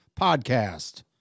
podcast